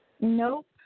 Nope